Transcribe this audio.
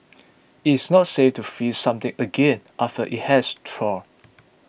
it is not safe to freeze something again after it has thawed